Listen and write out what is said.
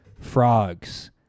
frogs